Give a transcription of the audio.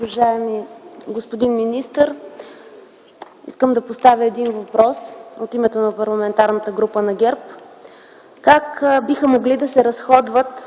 Уважаеми господин министър, искам да поставя един въпрос от името на Парламентарната група на ГЕРБ: как биха могли да се разходват